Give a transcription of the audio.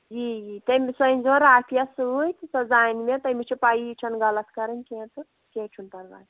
یی یی تٔمِس أنۍزیو رافِیہ سۭتۍ سۄ زانہِ مےٚ تٔمِس چھِ پَیی چھَنہٕ غلط کَرَن کیٚنٛہہ تہٕ کیٚنٛہہ چھُنہٕ پَرواے